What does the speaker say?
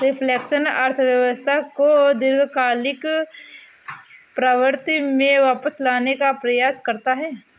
reflection अर्थव्यवस्था को दीर्घकालिक प्रवृत्ति में वापस लाने का प्रयास करता है